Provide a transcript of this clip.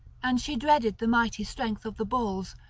and she dreaded the mighty strength of the bulls,